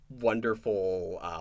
wonderful